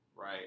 Right